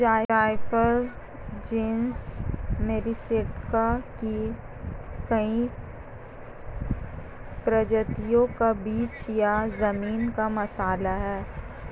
जायफल genus Myristica की कई प्रजातियों का बीज या जमीन का मसाला है